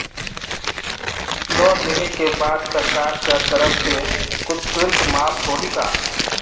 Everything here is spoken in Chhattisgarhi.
लोन लेहे के बाद सरकार कर तरफ से कुछ शुल्क माफ होही का?